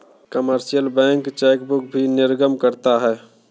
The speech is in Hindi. कमर्शियल बैंक चेकबुक भी निर्गम करता है